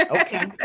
Okay